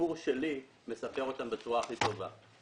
הסיפור שלי מספר אותם בצורה הכי טובה.